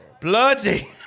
Bloody